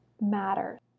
matters